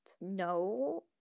no